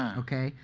ok,